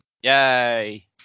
yay